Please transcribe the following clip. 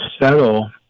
settle